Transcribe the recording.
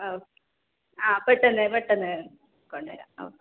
okay ആ പെട്ടെന്ന് പെട്ടെന്ന് കൊണ്ടരാം ഓക്കെ